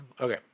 Okay